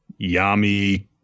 Yami